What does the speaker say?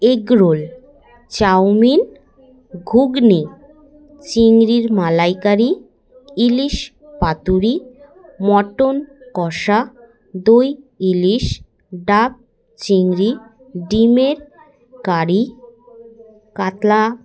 egg roll chowmein ghugni চিংড়ির মালাইকারি ইলিশ paturi mutton কষা দই ইলিশ ডাক চিংড়ি ডিমের কারি কাতলা